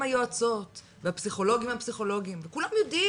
היועצות והפסיכולוגים הם הפסיכולוגים וכולם יודעים